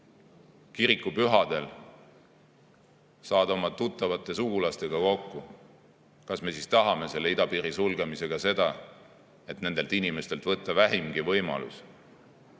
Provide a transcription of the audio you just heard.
kirikupühadel, saada oma tuttavate ja sugulastega kokku. Kas me siis tahame idapiiri sulgemisega nendelt inimestelt võtta vähimagi võimaluse